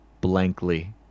blankly